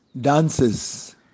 dances